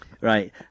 Right